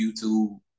YouTube